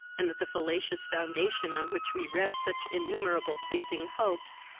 and that the fallacious foundation on which we rest such innumerable pleasing hopes,